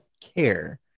care